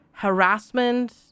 harassment